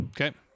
Okay